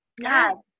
Yes